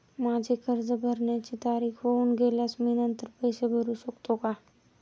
माझे कर्ज भरण्याची तारीख होऊन गेल्यास मी नंतर पैसे भरू शकतो का?